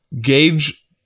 gauge